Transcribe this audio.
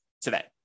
today